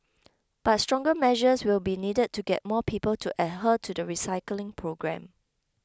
but stronger measures will be needed to get more people to adhere to the recycling program